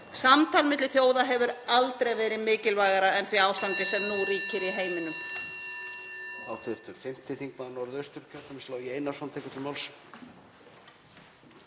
Samtal milli þjóða hefur aldrei verið mikilvægara í því ástandi sem nú ríkir í heiminum.